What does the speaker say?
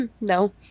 no